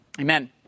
Amen